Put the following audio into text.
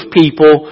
people